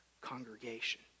congregation